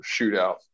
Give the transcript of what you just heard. shootout